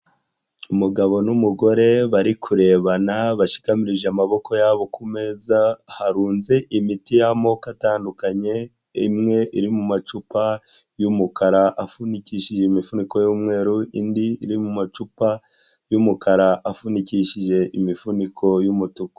Umugabo n'umugore bari kurebana bashikamirije amaboko yabo kumeza harunze imiti y'amoko atandukanye, imwe iri mu macupa y'umukara afunikishije imifuniko y'umweru, indi iri mu macupa y'umukara afunikishije imifuniko y'umutuku.